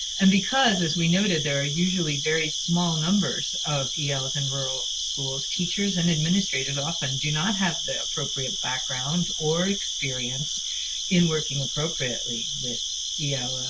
and because, as we noted, there are usually very small numbers of yeah els in rural schools, teachers and administrators often do not have the appropriate background or experience in working appropriately with yeah